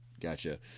gotcha